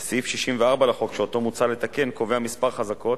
וסעיף 64 לחוק, שאותו מוצע לתקן, קובע כמה חזקות